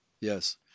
Yes